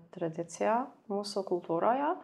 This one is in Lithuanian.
tradicija mūsų kultūroje